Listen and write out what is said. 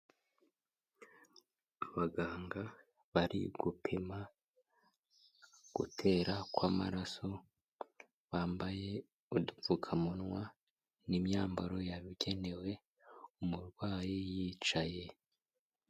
Abaganga bari gupima gutera kw'amaraso, bambaye udupfukamunwa n'imyambaro yabugenewe, umurwayi yicaye.